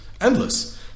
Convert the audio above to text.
Endless